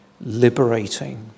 liberating